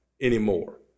anymore